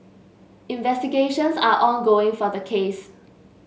investigations are ongoing for the case